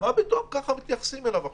מה פתאום כך מתייחסים אליו עכשיו?